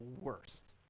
worst